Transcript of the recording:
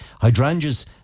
Hydrangeas